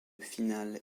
finale